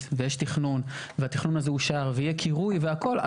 ויש תכנון והתכנון הזה אושר ויהיה קירוי והכל,